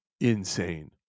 insane